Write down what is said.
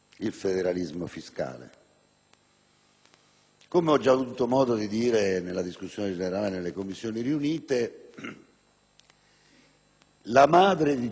Come ho già avuto modo di dire in discussione generale presso le Commissioni riunite, la madre di tutti i perché - ripetendo